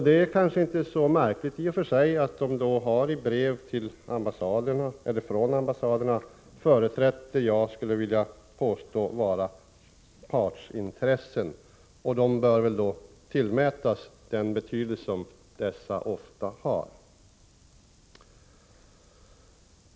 Det är kanske inte så märkligt att man i brev från ambassader företräder det som jag skulle vilja kalla partsintressen — och dessa bör tillmätas den betydelse sådana ofta har.